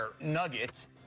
Nuggets